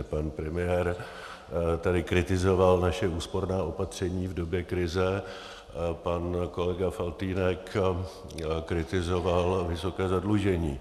Pan premiér tady kritizoval naše úsporná opatření v době krize, pan kolega Faltýnek kritizoval vysoké zadlužení.